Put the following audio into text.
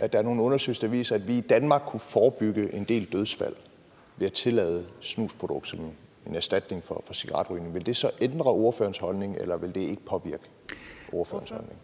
at der er nogle undersøgelser, der viser, at vi i Danmark vil kunne forebygge en del dødsfald ved at tillade snusprodukter som en erstatning for cigaretrygning, vil det så ændre ordførerens holdning, eller vil det ikke påvirke ordførerens holdning?